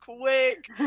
quick